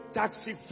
taxi